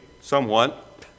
somewhat